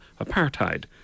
apartheid